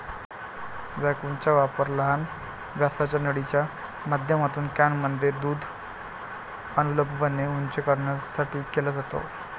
व्हॅक्यूमचा वापर लहान व्यासाच्या नळीच्या माध्यमातून कॅनमध्ये दूध अनुलंबपणे उंच करण्यासाठी केला जातो